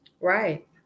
Right